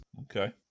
Okay